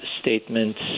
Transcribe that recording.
statements